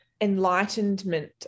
enlightenment